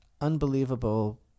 unbelievable